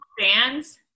fans